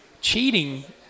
cheating